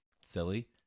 silly